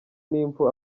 n’impfu